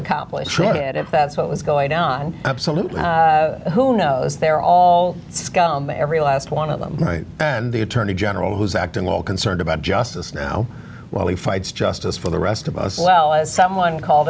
accomplish it if that's what was going on absolutely who knows they're all scum every last one of them and the attorney general who's acting all concerned about justice now while he fights justice for the rest of us well as someone called